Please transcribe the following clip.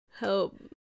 Help